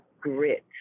grit